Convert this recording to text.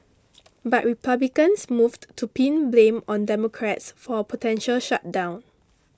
but Republicans moved to pin blame on Democrats for a potential shutdown